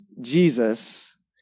Jesus